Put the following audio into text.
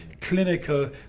clinical